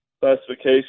classification